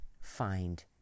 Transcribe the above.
find